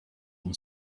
from